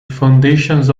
foundations